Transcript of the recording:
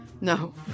No